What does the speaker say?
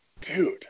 dude